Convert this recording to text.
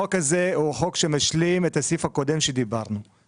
החוק הזה הוא חוק שמשלים את הסעיף הקודם שדיברנו עליו.